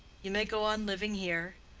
you may go on living here.